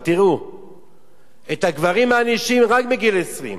רק בגיל 20,